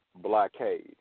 blockade